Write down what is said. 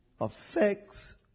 affects